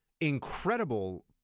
incredible